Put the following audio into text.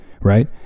Right